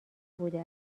بوده